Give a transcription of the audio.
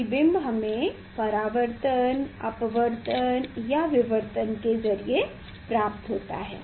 प्रतिबिंब हमें परावर्तन अपवर्तन या विवर्तन के जरिये प्राप्त होता है